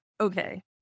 okay